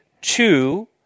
two